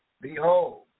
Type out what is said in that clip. Behold